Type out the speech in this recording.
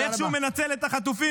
איך שהוא מנצל את החטופים?